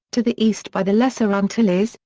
to the east by the lesser antilles,